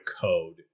code